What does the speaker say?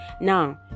now